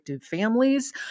families